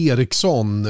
Eriksson